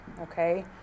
okay